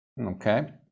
Okay